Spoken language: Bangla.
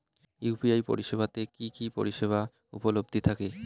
ইউ.পি.আই পরিষেবা তে কি কি পরিষেবা উপলব্ধি থাকে?